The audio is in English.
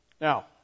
Now